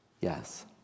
yes